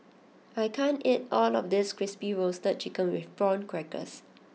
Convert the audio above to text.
I can't eat all of this Crispy Roasted Chicken with Prawn Crackers